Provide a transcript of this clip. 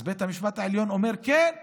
בית המשפט העליון אומר: כן,